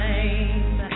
Time